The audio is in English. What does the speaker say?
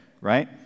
Right